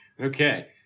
Okay